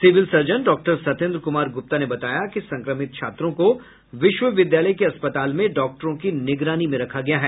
civil surgeon doctor Satyendra Kumar Gupta ने बताया कि संक्रमित छात्रों को विश्वविद्यालय के अस्पताल में डॉक्टरों की निगरानी में रखा गया है